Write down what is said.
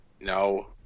No